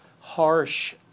harsh